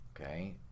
Okay